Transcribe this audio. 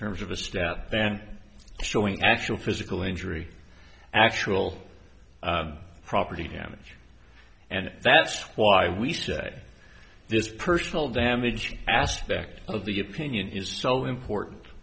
terms of a step than showing actual physical injury actual property damage and that's why we say this personal damage aspect of the opinion is so important